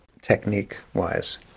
technique-wise